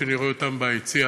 שאני רואה אותם ביציע,